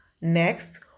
Next